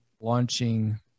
launching